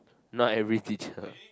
not every teacher